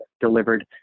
delivered